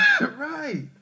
right